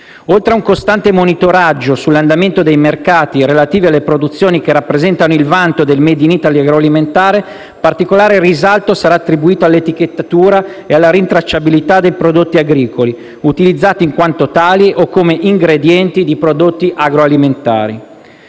Oltre a un costante monitoraggio sull'andamento dei mercati relativi alle produzioni che rappresentano il vanto del *made in Italy* agroalimentare, particolare risalto sarà attribuito all'etichettatura e alla rintracciabilità dei prodotti agricoli utilizzati in quanto tali o come ingredienti di prodotti agroalimentari.